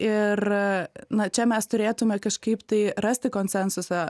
ir na čia mes turėtumėme kažkaip tai rasti konsensusą